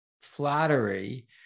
flattery